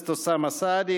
חבר הכנסת אוסאמה סעדי,